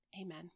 Amen